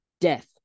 Death